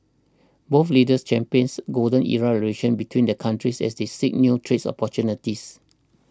both leaders champions golden era relations between their countries as they seek new trade opportunities